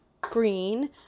green